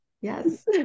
Yes